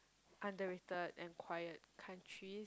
underrated and quiet countries